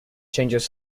changes